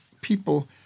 people